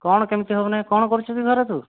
କ'ଣ କେମିତି ହେବନାହିଁ କ'ଣ କରୁଛୁକି ଘରେ ତୁ